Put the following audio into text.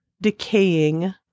decaying